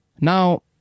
Now